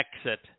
exit